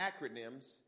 acronyms